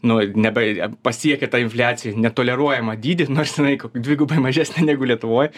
nu nebe pasiekė tą infliaciją netoleruojamą dydį nors jinai dvigubai mažesnė negu lietuvoj